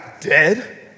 dead